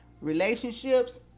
relationships